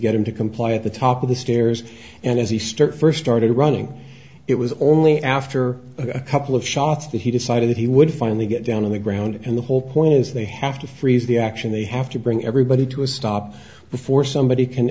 get him to comply at the top of the stairs and as he stirred first started running it was only after a couple of shots that he decided that he would finally get down on the ground and the whole point is they have to freeze the action they have to bring everybody to a stop before somebody can